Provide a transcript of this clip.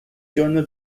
journal